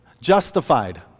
Justified